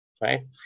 Right